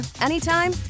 anytime